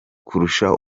kurusha